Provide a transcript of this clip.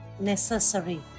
necessary